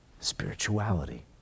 spirituality